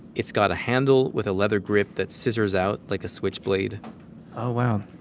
it's got a handle with a leather grip that scissors out like a switchblade oh, wow